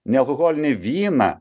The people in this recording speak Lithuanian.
nealkoholinį vyną